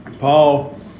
Paul